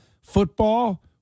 football